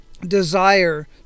desire